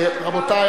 רבותי,